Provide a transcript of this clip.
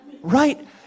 Right